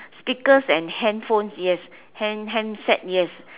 speakers and handphones yes hand handsets yes